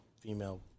female